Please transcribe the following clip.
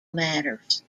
matters